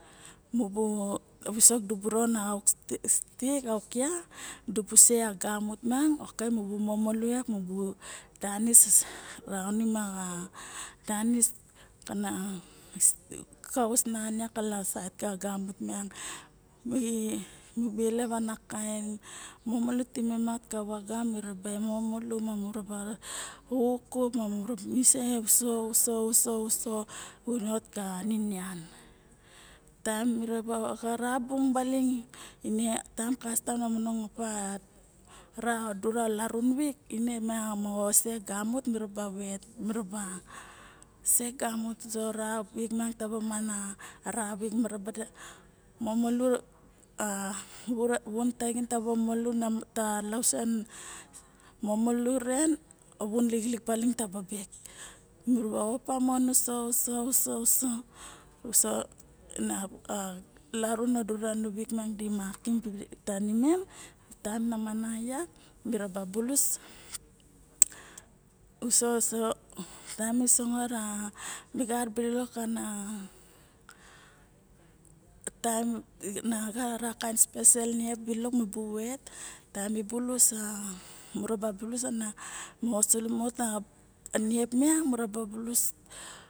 Mubu a visok dibu rona auk va dubu se gamut miang oke mibu momolu danis raonim a danis na kaos nian ka lavana gamut mi be elep ana kain momolu timem moxo vaga miraba momolu ma miraba xukup ma mura se usso uso inot ka ninian, taem kastam na manong opa rao dura ma larun vir ne mieng ose gamut miraba vet miraba se gamut oso ra vik miang taba mana ra vik miraba momolu ta lausen momolu xa vun taxin taba momolu ta lausen momolu rixen o a vun lixilik baling taba bek miraba opa mon uso uso na larun o dura na vik ma mana nating tanimem taem na mana yak miraba bulus uso uso taem mi sangot a mi gat balok ana taem na gara specel niep bilok dibu vet taem mi bulus a muraba bulus ana siningat a niep miang mura ba bulus.